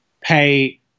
pay